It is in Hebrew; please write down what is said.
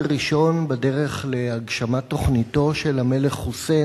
ראשון בדרך להגשמת תוכניתו של המלך חוסיין,